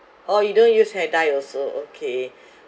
orh you don't use hair dye also okay